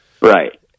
Right